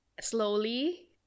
slowly